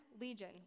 legion